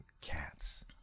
cats